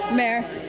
mayor,